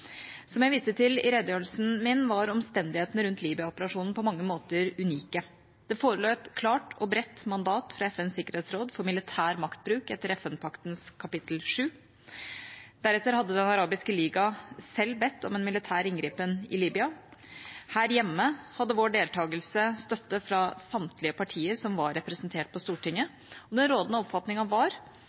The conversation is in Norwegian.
Som jeg viste i redegjørelsen min, var omstendighetene rundt Libya-operasjonen på mange måter unike. Det forelå et klart og bredt mandat fra FNs sikkerhetsråd for militær maktbruk etter FN-paktens kapittel 7. Deretter hadde Den arabiske liga selv bedt om en militær inngripen i Libya. Her hjemme hadde vår deltakelse støtte fra samtlige partier som var representert på Stortinget, og den rådende oppfatningen var